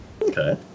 Okay